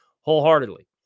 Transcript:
wholeheartedly